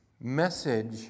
message